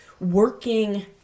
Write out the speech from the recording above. working